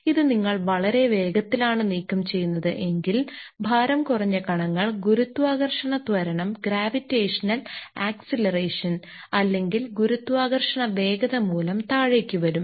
ഇത് നിങ്ങൾ വളരെ വേഗത്തിലാണ് നീക്കം ചെയുന്നത് എങ്കിൽ ഭാരം കുറഞ്ഞ കണങ്ങൾ ഗുരുത്വാകർഷണ ത്വരണം അല്ലെങ്കിൽ ഗുരുത്വാകർഷണ വേഗത മൂലം താഴേക്ക് വരും